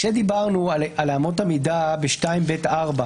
כשדיברנו על אמות המידה ב-2ב(4)